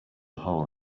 hole